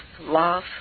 love